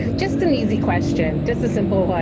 just an easy question, just a simple one.